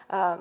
vähän